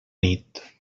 nit